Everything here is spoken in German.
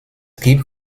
gibt